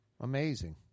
Amazing